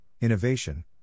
innovation